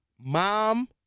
mom